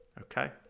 okay